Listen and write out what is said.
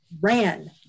ran